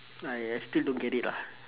I I still don't get it lah